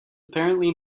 apparently